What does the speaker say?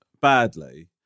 badly